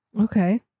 Okay